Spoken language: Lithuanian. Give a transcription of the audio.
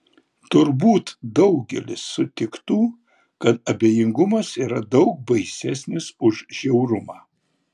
turbūt daugelis sutiktų kad abejingumas yra daug baisesnis už žiaurumą